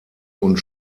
und